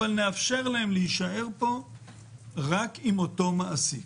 אבל נאפשר להם להישאר פה רק עם אותו מעסיק.